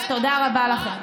תודה רבה לכם.